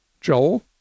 Joel